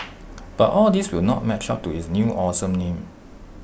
but all these will not match up to its new awesome name